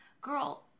Girl